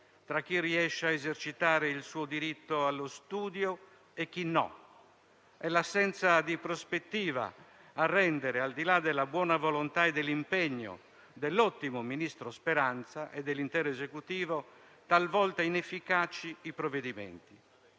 tra chi riesce a esercitare il suo diritto allo studio e chi no. È l'assenza di prospettiva a rendere, al di là della buona volontà e dell'impegno dell'ottimo ministro Speranza e dell'intero Esecutivo, talvolta inefficaci i provvedimenti.